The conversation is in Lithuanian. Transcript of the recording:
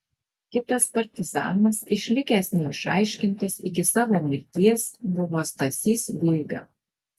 kitas partizanas išlikęs neišaiškintas iki savo mirties buvo stasys guiga